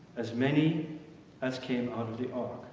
as many as came out of the